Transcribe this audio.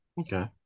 Okay